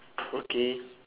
okay